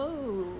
that's all